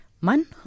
Man